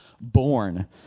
born